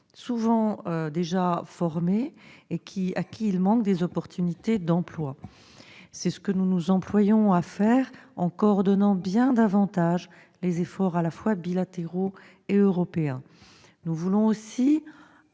souvent déjà formés, et à qui il manque des opportunités d'emploi. C'est ce que nous nous efforçons de faire, en coordonnant bien davantage les efforts à la fois bilatéraux et européens. Nous voulons aussi